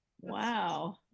Wow